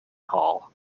hall